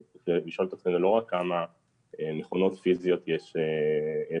צריך לשאול לא רק כמה מכונות פיזיות יש בפועל,